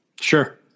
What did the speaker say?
Sure